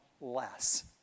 less